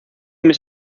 mis